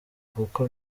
nkuko